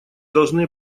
должны